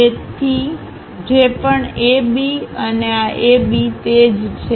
તેથી જે પણ AB અને આ AB તે જ છે